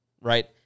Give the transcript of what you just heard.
right